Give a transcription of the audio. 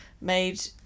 made